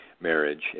marriage